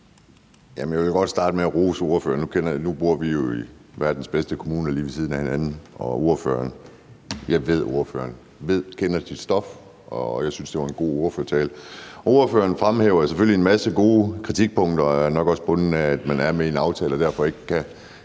Jeg vil godt starte med at rose ordføreren. Nu bor vi jo lige ved siden af hinanden i verdens bedste kommune, og jeg ved, at ordføreren kender sit stof, og jeg synes, det var en god ordførertale. Ordføreren fremhæver selvfølgelig en masse gode kritikpunkter, men er nok også bundet af, at man er med i en aftale, og kan derfor ikke sætte